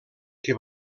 que